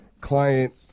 client